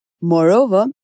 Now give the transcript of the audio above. Moreover